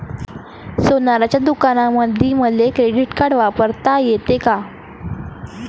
सोनाराच्या दुकानामंधीही मले क्रेडिट कार्ड वापरता येते का?